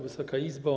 Wysoka Izbo!